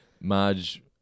Marge